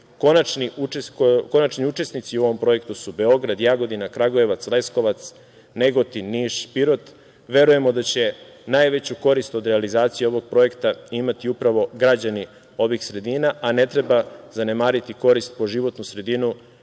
Konačni učesnici u ovom projektu su Beograd, Jagodina, Kragujevac, Leskovac, Negotin, Niš, Pirot. Verujemo da će najveću korist od realizacije ovog projekta imati upravo građani ovih sredina, a ne treba zanemariti korist po životnu sredinu